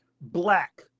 black